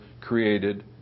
created